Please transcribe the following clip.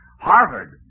Harvard